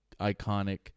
iconic